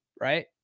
right